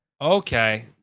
Okay